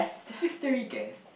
mystery guest